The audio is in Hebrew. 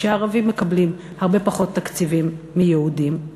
כשהערבים מקבלים הרבה פחות תקציבים מיהודים,